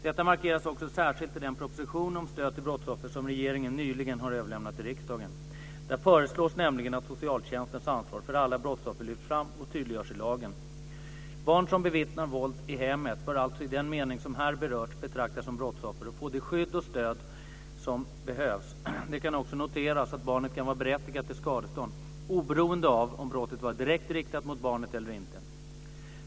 Detta markeras också särskilt i den proposition om stöd till brottsoffer som regeringen nyligen har överlämnat till riksdagen. Där föreslås nämligen att socialtjänstens ansvar för alla brottsoffer lyfts fram och tydliggörs i lagen. Barn som bevittnar våld i hemmet bör alltså i den mening som här berörts betraktas som brottsoffer och få det skydd och stöd som behövs. Det kan också noteras att barnet kan vara berättigat till skadestånd oberoende av om brottet varit direkt riktat mot barnet eller inte.